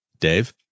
Dave